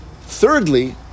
Thirdly